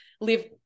live